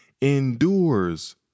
endures